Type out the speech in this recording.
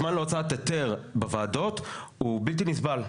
הזמן להוצאת היתר בוועדות הוא בלתי נסבל.